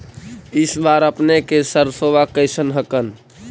इस बार अपने के सरसोबा कैसन हकन?